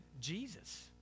Jesus